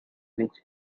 which